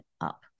up